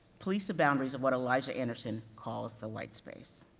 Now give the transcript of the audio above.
police the boundaries of what elijah anderson calls, the white space.